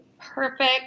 Perfect